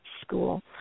school